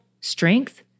strength